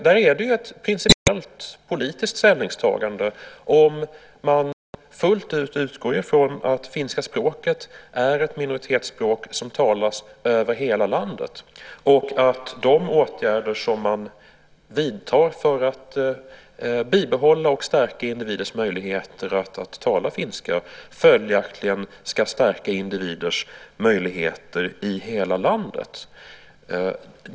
Där är det ett principiellt politiskt ställningstagande, om man fullt ut utgår från att finska språket är ett minoritetsspråk som talas över hela landet och att de åtgärder som man vidtar för att bibehålla och stärka individers möjligheter att tala finska följaktligen ska stärka individers möjligheter i hela landet.